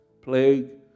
plague